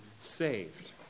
saved